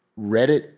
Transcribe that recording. Reddit